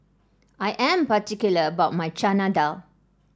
I am particular about my Chana Dal